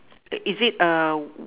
is it a